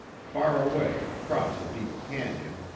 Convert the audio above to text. far away across a deep canyon,